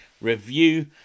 review